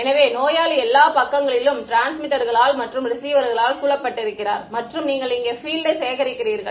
எனவே நோயாளி எல்லா பக்கங்களிலும் டிரான்ஸ்மிட்டர்களால் மற்றும் ரிசீவர்களால் சூழப்பட்டிருக்கிறார் மற்றும் நீங்கள் இங்கே பீல்ட் யை சேகரிக்கிறீர்கள்